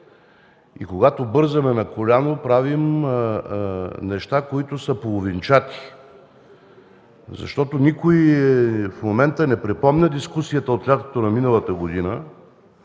и когато бързаме – на коляно, правим неща, които са половинчати. Никой в момента не припомня дискусията от лятото на миналата година,